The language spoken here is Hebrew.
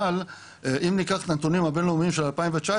אבל אם ניקח את הנתונים הבינלאומיים של 2019,